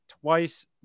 twice